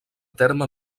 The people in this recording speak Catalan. terme